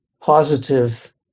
positive